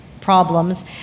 problems